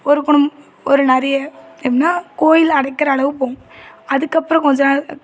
ஒரு குடம் ஒரு நிறைய எப்பிடின்னா கோவில் அடைக்கிற அளவு போவும் அதுக்கப்புறம் கொஞ்சம் நேரம்